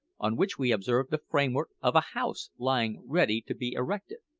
on which we observed the framework of a house lying ready to be erected.